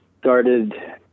started